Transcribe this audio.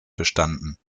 bestanden